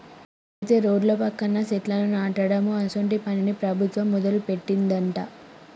అయితే రోడ్ల పక్కన సెట్లను నాటడం అసోంటి పనిని ప్రభుత్వం మొదలుపెట్టిందట